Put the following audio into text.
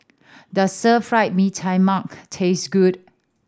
does Stir Fry Mee Tai Mak taste good